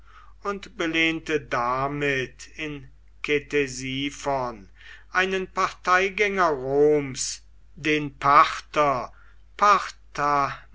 und belehnte damit in ktesiphon einen parteigänger roms den parther